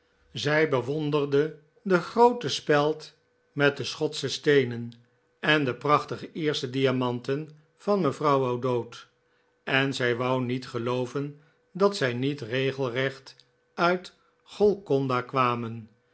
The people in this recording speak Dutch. zij bewonderde de groote speld met de schotsche steenen en de prachtige iersche diamanten van mevrouw o'dowd en zij wou niet gelooven dat zij niet regelrecht uit golconda kwamen